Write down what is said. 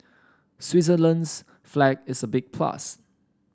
Switzerland's flag is a big plus